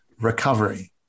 recovery